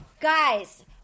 Guys